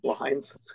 Lines